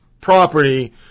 property